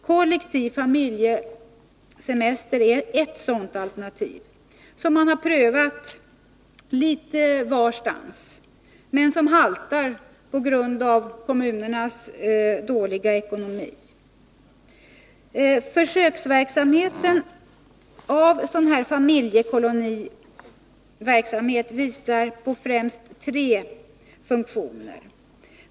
Kollektiv familjesemester är ett sådant alternativ, som man prövat litet varstans. Men detta haltar på grund av kommunernas dåliga ekonomi. Försöksverksamheten med familjekolonier visar på främst tre funktio 1.